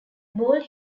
bald